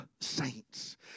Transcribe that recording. saints